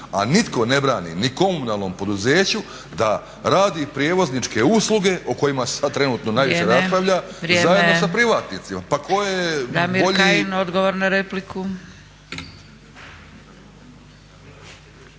A nitko ne brani ni komunalnom poduzeću da radi prijevozničke usluge o kojima sad trenutno najviše raspravlja … …/Upadica